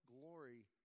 glory